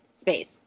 space